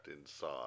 inside